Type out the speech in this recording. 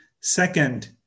Second